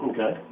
Okay